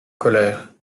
colère